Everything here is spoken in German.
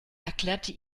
erklärte